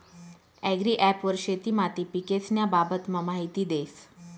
agri app वर शेती माती पीकेस्न्या बाबतमा माहिती देस